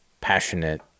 passionate